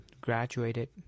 graduated